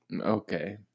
okay